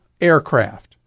aircraft